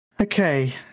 Okay